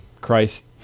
Christ